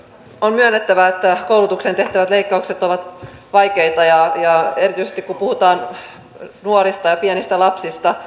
on myönnettävä että koulutukseen tehtävät leikkaukset ovat vaikeita erityisesti kun puhutaan nuorista ja pienistä lapsista